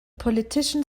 politician